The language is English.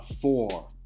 Four